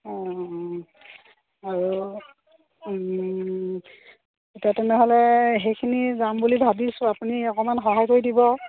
অঁ আৰু এতিয়া তেনেহ'লে সেইখিনি যাম বুলি ভাবিছোঁ আপুনি অকণমান সহায় কৰি দিব আৰু